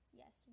yes